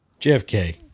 JFK